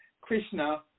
Krishna